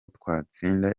twatsinda